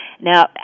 now